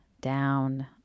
Down